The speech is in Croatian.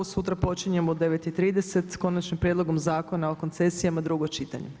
Sutra počinjemo u 9,30 s Konačnim prijedlogom Zakona o koncesijama, drugo čitanje.